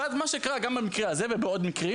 ואז, מה שקרה גם במקרה הזה ובעוד מקרים